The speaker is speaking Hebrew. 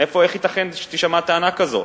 איך ייתכן שתישמע טענה כזאת?